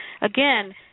Again